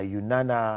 Yunana